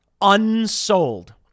unsold